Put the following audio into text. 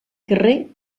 carrer